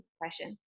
question